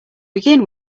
begin